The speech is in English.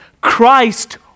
Christ